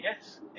Yes